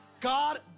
God